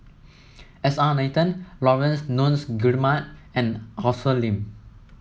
S R Nathan Laurence Nunns Guillemard and Arthur Lim